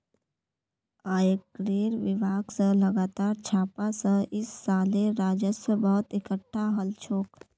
आयकरेर विभाग स लगातार छापा स इस सालेर राजस्व बहुत एकटठा हल छोक